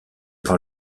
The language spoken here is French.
par